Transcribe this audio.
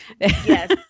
Yes